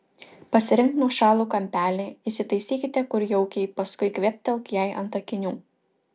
pasirink nuošalų kampelį įsitaisykite kur jaukiai paskui kvėptelk jai ant akinių